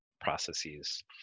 processes